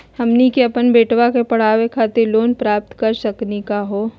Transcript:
हमनी के अपन बेटवा क पढावे खातिर लोन प्राप्त कर सकली का हो?